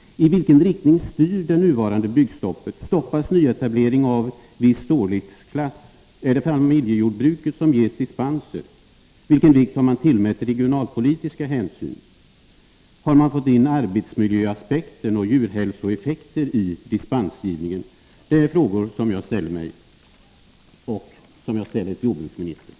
I vilken riktning styr det nuvarande byggstoppet? Stoppas nyetablering av viss storleksklass? Är det familjejordbruket som ges dispenser? Vilken vikt har man tillmätt regionalpolitiska hänsyn? Har man fått in arbetsmiljöaspekter och djurhälsoeffekter i dispensgivningen? Detta är frågor som jag ställer mig och som jag ställer till jordbruksministern.